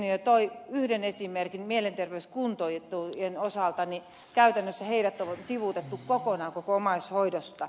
sirnö toi yhden esimerkin mielenterveyskuntoutujien osalta niin käytännössä heidät on sivuutettu kokonaan koko omaishoidosta